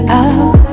out